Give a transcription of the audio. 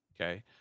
okay